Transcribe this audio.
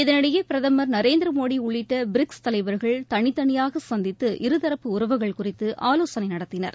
இதனிடையே பிரதமர் நரேந்திர மோடி உள்ளிட்ட பிரிக்ஸ் தலைவர்கள் தனித்தனியாக சந்தித்து இருதரப்பு உறவுகள் குறித்து ஆலோசனை நடத்தினர்